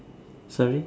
sorry